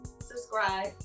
subscribe